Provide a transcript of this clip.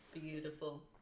Beautiful